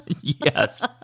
yes